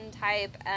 type